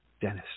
Dennis